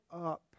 up